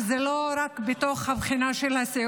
וזה לא רק בבחינה בסיעוד,